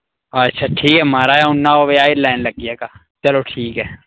अच्छा ठीक ऐ महाराज आ'ऊं नौ बजे आई लैन लग्गी जाह्गा चलो ठीक ऐ